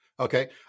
Okay